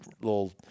little